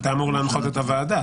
אתה אמור להנחות את הוועדה.